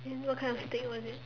and what kind of thing was it